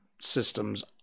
systems